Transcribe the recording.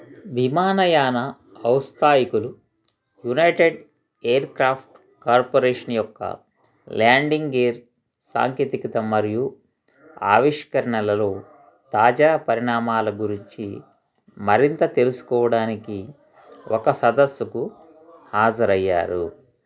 విమానయాన ఔత్సాహికులు united aircraft corporation యొక్క ల్యాండింగ్ గేర్ సాంకేతికత మరియు ఆవిష్కరణలలో తాజా పరిణామాల గురించి మరింత తెలుసుకోవడానికి ఒక సదస్సుకు హాజరయ్యారు